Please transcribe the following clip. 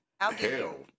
hell